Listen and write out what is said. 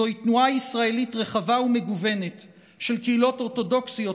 זוהי תנועה ישראלית רחבה ומגוונת של קהילות אורתודוקסיות,